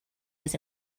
was